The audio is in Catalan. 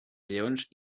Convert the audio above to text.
lleons